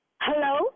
Hello